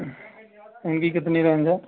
इनकी कितनी रेंज है